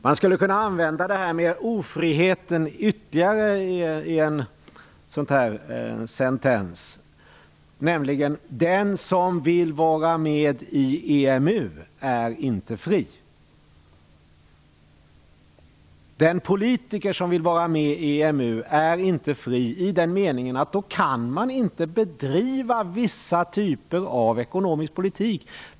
Man skulle kunna använda detta med ofriheten i ytterligare en sentens, nämligen: Den som vill vara med i EMU är inte fri. Den politiker som vill vara med i EMU är inte fri i den meningen att man då inte kan bedriva vissa typer av ekonomisk politik.